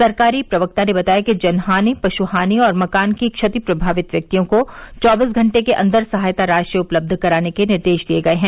सरकारी प्रवक्ता ने बताया कि जनहानि पशहानि और मकान की क्षति प्रमावित व्यक्तियों को चौबीस घंटे के अंदर सहायता राशि उपलब्ध कराने के निर्देश दिये गये हैं